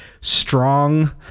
strong